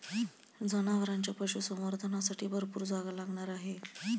जनावरांच्या पशुसंवर्धनासाठी भरपूर जागा लागणार आहे